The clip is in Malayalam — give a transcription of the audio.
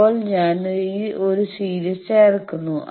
ഇപ്പോൾ ഞാൻ ഒരു സീരീസ് ചേർക്കുന്നു